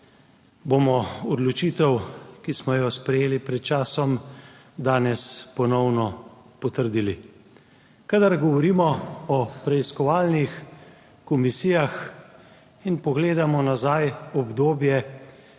bomo odločitev, ki smo jo sprejeli pred časom, danes ponovno potrdili. Kadar govorimo o preiskovalnih komisijah in pogledamo nazaj v obdobje